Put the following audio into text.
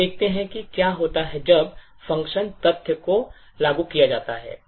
अब देखते हैं कि क्या होता है जब function तथ्य को लागू किया जाता है